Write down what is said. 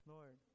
Lord